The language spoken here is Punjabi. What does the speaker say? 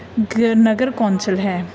ਗ ਨਗਰ ਕੌਂਸਲ ਹੈ